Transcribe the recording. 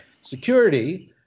security